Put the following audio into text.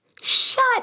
Shut